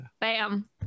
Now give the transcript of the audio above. bam